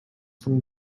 from